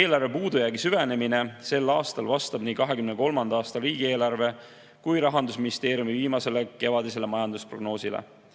Eelarve puudujäägi süvenemine sel aastal vastab nii 2023. aasta riigieelarve kui ka Rahandusministeeriumi viimasele kevadisele majandusprognoosile,